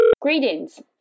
Greetings